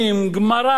גמרא,